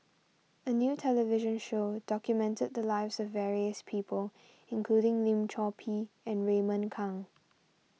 a new television show documented the lives of various people including Lim Chor Pee and Raymond Kang